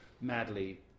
madly